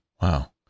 Wow